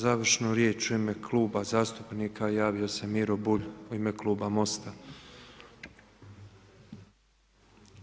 Za završnu riječ u ime Kluba zastupnika javio se Miro Bulj u ime kluba MOST-a.